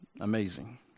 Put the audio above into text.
Amazing